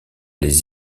les